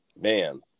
man